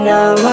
Now